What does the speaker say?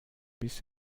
bis